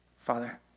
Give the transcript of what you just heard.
Father